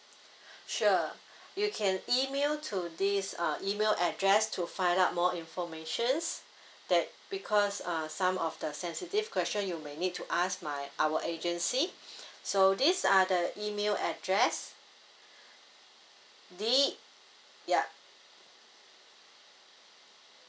sure you can email to this uh email address to find out more informations that because err some of the sensitive question you may need to ask my our agency so these are the email address D yup